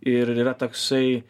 ir yra toksai